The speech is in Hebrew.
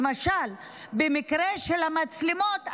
למשל במקרה של המצלמות,